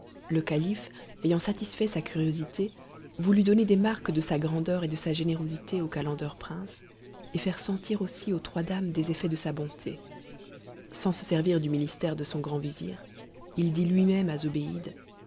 le calife ayant satisfait sa curiosité voulut donner des marques de sa grandeur et de sa générosité aux calenders princes et faire sentir aussi aux trois dames des effets de sa bonté sans se servir du ministère de son grand vizir il dit lui-même à zobéide